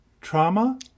Trauma